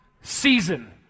season